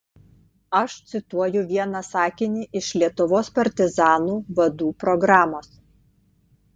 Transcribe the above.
aš cituoju vieną sakinį iš lietuvos partizanų vadų programos